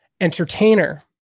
entertainer